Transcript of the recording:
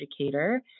educator